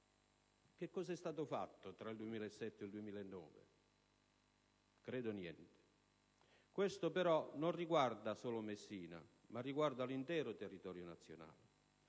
Che cosa è stato fatto tra il 2007 il 2009? Credo niente. Questo però non riguarda solo Messina, ma l'intero territorio nazionale.